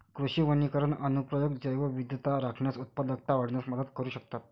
कृषी वनीकरण अनुप्रयोग जैवविविधता राखण्यास, उत्पादकता वाढविण्यात मदत करू शकतात